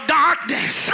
darkness